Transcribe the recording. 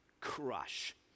crush